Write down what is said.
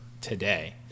today